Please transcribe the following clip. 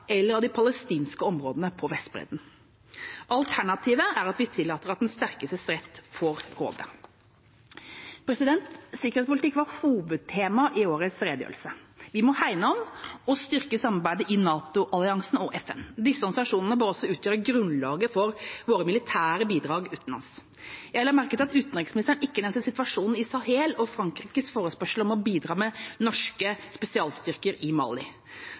eller av de palestinske områdene på Vestbredden. Alternativet er at vi tillater at den sterkestes rett får råde. Sikkerhetspolitikk var hovedtema i årets redegjørelse. Vi må hegne om og styrke samarbeidet i NATO-alliansen og FN. Disse organisasjonene må også utgjøre grunnlaget for våre militære bidrag utenlands. Jeg la merke til at utenriksministeren ikke nevnte situasjonen i Sahel og Frankrikes forespørsel om vi kan bidra med norske spesialstyrker i Mali.